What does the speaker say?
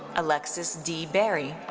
alexis d. berry.